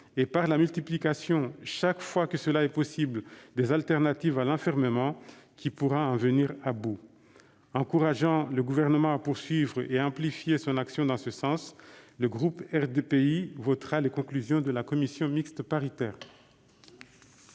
et par la multiplication, chaque fois que cela est possible, des alternatives à l'enfermement, qui pourra en venir à bout. Encourageant le Gouvernement à poursuivre et à amplifier son action en ce sens, le groupe RDPI votera les conclusions de la commission mixte paritaire.